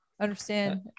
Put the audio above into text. understand